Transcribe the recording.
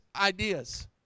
ideas